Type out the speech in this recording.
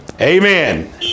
Amen